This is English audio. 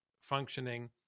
functioning